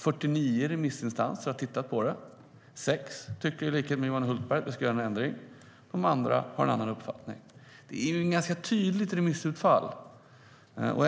49 remissinstanser har tittat på utredningen. Sex av dem tycker i likhet med Johan Hultberg att vi ska göra en ändring. De övriga har en annan uppfattning. Det är ett tydligt remissutfall.